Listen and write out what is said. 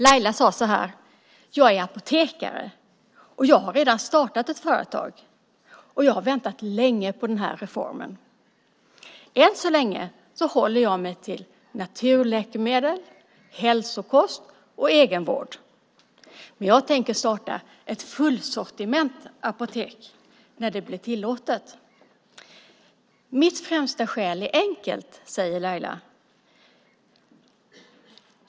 Laila sade så här: Jag är apotekare, och jag har redan startat ett företag. Jag har väntat länge på den här reformen. Än så länge håller jag mig till naturläkemedel, hälsokost och egenvård. Men jag tänker starta ett fullsortimentsapotek när det blir tillåtet. Mitt främsta skäl är enkelt, säger Laila.